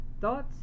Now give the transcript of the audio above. Thoughts